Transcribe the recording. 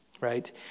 right